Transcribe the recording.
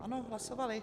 Ano, hlasovali.